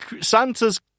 Santa's